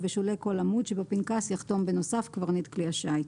ובשולי כל עמוד שבפנקס יחתום בנוסף קברניט כלי השיט.